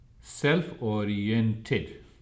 Self-oriented